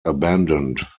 abandoned